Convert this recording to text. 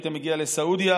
היית מגיע לסעודיה,